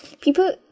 people